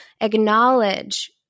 acknowledge